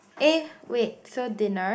eh wait so dinner